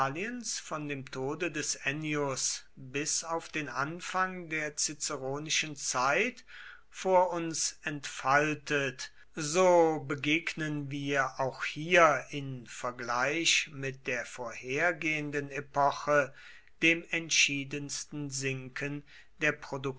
von dem tode des ennius bis auf den anfang der ciceronischen zeit vor uns entfaltet so begegnen wir auch hier in vergleich mit der vorhergehenden epoche dem entschiedensten sinken der